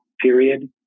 period